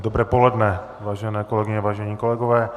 Dobré poledne, vážené kolegyně, vážení kolegové.